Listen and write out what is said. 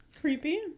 creepy